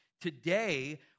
Today